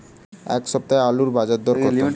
এ সপ্তাহে আলুর বাজারে দর কত?